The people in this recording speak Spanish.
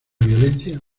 violencia